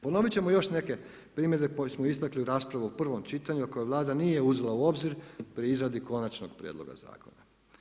Ponoviti ćemo još neke primjedbe koje smo istakli u raspravi u prvom čitanju, a koje Vlada nije uzela u obzir pri izradi konačnog prijedloga zakona.